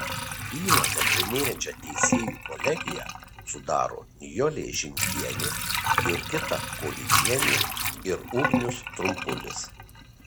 bylą nagrinėjančią teisėjų kolegiją sudaro nijolė žimkienė jurgita kolyčienė ir ugnius trumpulis